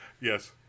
Yes